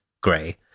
gray